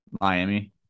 Miami